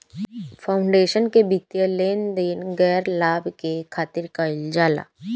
foundation के वित्तीय लेन देन गैर लाभ के खातिर कईल जाला